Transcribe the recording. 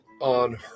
on